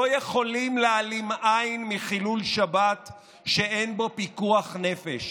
לא יכולים להעלים עין מחילול שבת שאין בו פיקוח נפש